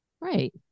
Right